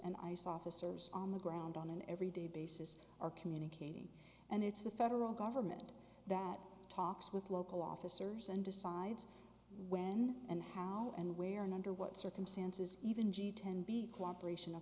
saw officers on the ground on an every day basis are communicating and it's the federal government that talks with local officers and decides when and how and where and under what circumstances even g ten b cooperation o